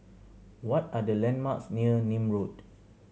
what are the landmarks near Nim Road